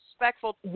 respectful